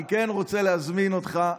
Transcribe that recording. אני כן רוצה להזמין אותך,